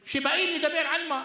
עם אנשים שבאים לדבר, על מה?